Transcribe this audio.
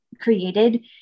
created